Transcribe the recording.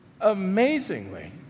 amazingly